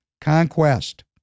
Conquest